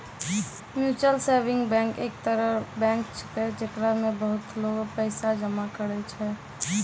mutual saving bank एक तरह रो बैंक छैकै, जेकरा मे बहुते लोगें पैसा जमा करै छै